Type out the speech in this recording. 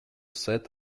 sat